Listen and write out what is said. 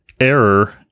error